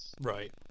right